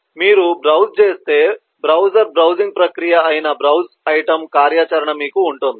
మీరు బ్రౌజ్ చేస్తే browser browsing ప్రక్రియ అయిన బ్రౌజ్ ఐటెమ్ కార్యాచరణ మీకు ఉంటుంది